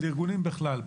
של ארגונים בכלל.